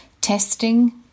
testing